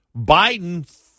Biden